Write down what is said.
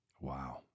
Wow